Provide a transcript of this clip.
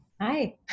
Hi